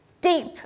deep